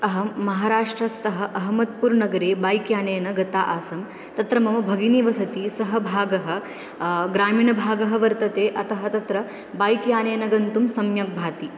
अहं महाराष्ट्रस्तः अहमत्पुर्नगरे बैक् यानेन गता आसम् तत्र मम भगिनी वसति सः भागः ग्रामीणभागः वर्तते अतः तत्र बैक् यानेन गन्तुं सम्यक् भाति